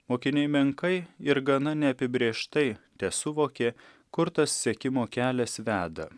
mokiniai menkai ir gana neapibrėžtai tesuvokė kur tas sekimo kelias veda